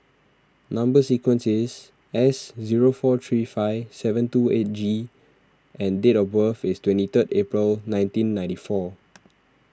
Number Sequence is S zero four three five seven two eight G and date of birth is twenty third April nineteen ninety four